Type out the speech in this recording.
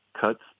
Cuts